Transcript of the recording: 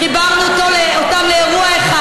חיברנו אותם לאירוע אחד.